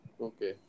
Okay